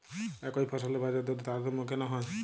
একই ফসলের বাজারদরে তারতম্য কেন হয়?